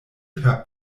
per